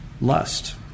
lust